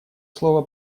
слово